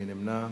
מי נמנע?